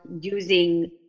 using